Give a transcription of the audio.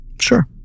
Sure